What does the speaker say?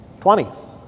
20s